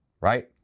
right